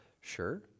Sure